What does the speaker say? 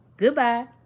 goodbye